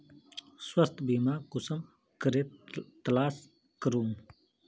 स्वास्थ्य बीमा कुंसम करे तलाश करूम?